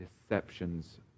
deceptions